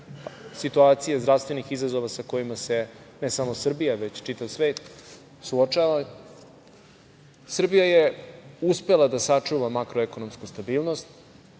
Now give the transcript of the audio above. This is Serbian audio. situacije zdravstvenih izazova sa kojima se ne samo Srbija, već i čitav svet suočava, Srbija je uspela da sačuva makro-ekonomsku stabilnost.